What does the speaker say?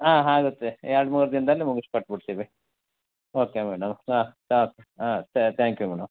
ಹಾಂ ಆಗುತ್ತೆ ಎರಡು ಮೂರು ದಿನದಲ್ಲಿ ಮುಗುಸಿ ಕೊಟ್ಟುಬಿಡ್ತಿವಿ ಓಕೆ ಮೇಡಮ್ ಹಾಂ ಸಾಕು ಹಾಂ ತ್ಯಾಂಕ್ ಯು ಮೇಡಮ್